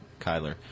Kyler